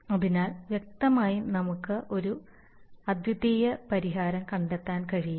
അതിനാൽ വ്യക്തമായും നമുക്ക് ഒരു അദ്വിതീയ പരിഹാരം കണ്ടെത്താൻ കഴിയില്ല